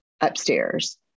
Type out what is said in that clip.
upstairs